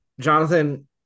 jonathan